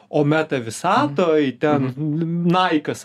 o meta visatoj ten naikas